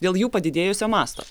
dėl jų padidėjusio masto